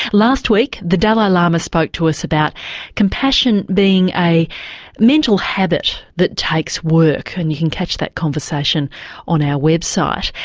last week the dalai lama spoke to us about compassion being a mental habit that takes work, and you can catch that conversation on our website.